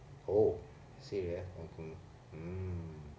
oh serious okay mm